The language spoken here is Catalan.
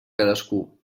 cadascú